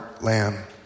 lamb